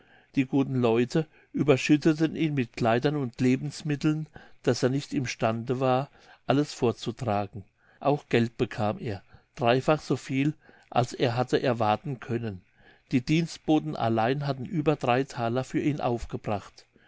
die guten leute überschütteten ihn mit kleidern und lebensmitteln daß er nicht im stande war alles fortzutragen auch geld bekam er dreifach so viel als er hatte erwarten können die dienstboten allein hatten über drei thaler für ihn aufgebracht